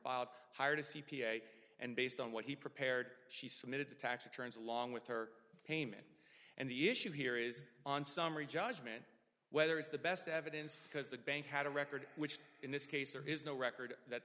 filed hired a c p a and based on what he prepared she submitted the tax returns along with her payment and the issue here is on summary judgment whether it's the best evidence because the bank had a record which in this case there is no record that